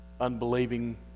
unbelieving